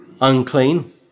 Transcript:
unclean